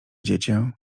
dziecię